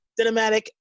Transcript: cinematic